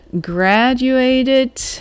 graduated